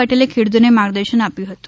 પટેલે ખેડૂતોને માર્ગદર્શન આપ્યું હતું